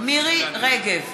מירי רגב,